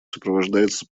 сопровождается